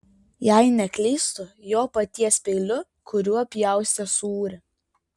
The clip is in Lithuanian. jei neklystu jo paties peiliu kuriuo pjaustė sūrį